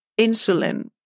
insulin